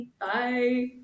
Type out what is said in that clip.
Bye